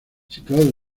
situado